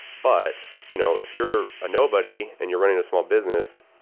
but you know if you're a nobody and you're running a small business,